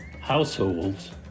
households